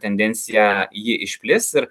tendencija ji išplis ir